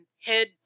head